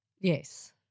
Yes